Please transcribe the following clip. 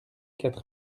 quatre